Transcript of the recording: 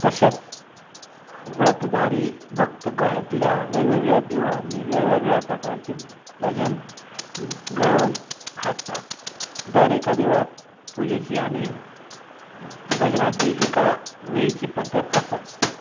तशेंच व्रतधारी भक्त गोंयांतल्या वेगवेगळ्या देवळांनी वेगवेगळ्या प्रकारचें भजन घडोवन हाडटात दर एका देवळांत पुजेची आनी भजनाची एका वेळीची पद्दत आसा